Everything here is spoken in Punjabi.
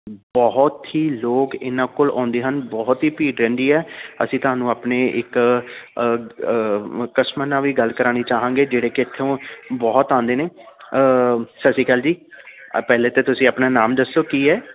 ਬਹੁਤ ਹੀ ਲੋਕ ਇਹਨਾਂ ਕੋਲ ਆਉਂਦੇ ਹਨ ਬਹੁਤ ਹੀ ਭੀੜ ਰਹਿੰਦੀ ਹੈ ਅਸੀਂ ਤੁਹਾਨੂੰ ਆਪਣੇ ਇੱਕ ਕਸਟਮਰ ਨਾਲ ਵੀ ਗੱਲ ਕਰਾਉਣੀ ਚਾਹਾਂਗੇ ਜਿਹੜੇ ਕਿ ਇੱਥੋਂ ਬਹੁਤ ਆਉਂਦੇ ਨੇ ਸਤਿ ਸ਼੍ਰੀ ਅਕਾਲ ਜੀ ਪਹਿਲੇ ਤਾਂ ਤੁਸੀਂ ਆਪਣਾ ਨਾਮ ਦੱਸੋ ਕੀ ਹੈ